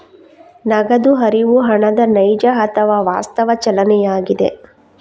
ನಗದು ಹರಿವು ಹಣದ ನೈಜ ಅಥವಾ ವಾಸ್ತವ ಚಲನೆಯಾಗಿದೆ